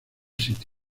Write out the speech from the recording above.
city